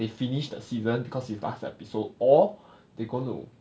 they finish the season because it's last episode or they gonna to